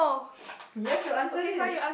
you have to answer this